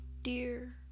Dear